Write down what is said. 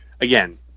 again